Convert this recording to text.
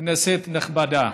כנסת נכבדה,